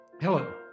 Hello